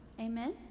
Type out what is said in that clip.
Amen